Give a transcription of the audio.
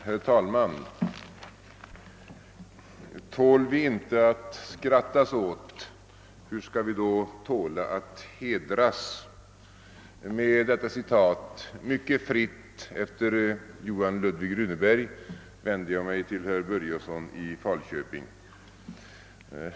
Herr talman! Tål vi inte att skrattas åt, hur skall vi då tåla att hedras? Med detta citat, mycket fritt efter Johan Ludvig Runeberg, vänder jag mig till herr Börjesson i Falköping.